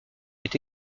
est